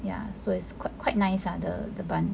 ya so it's quite quite nice lah the the bun